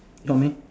not meh